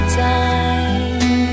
time